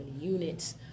units